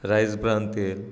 rice bran तेल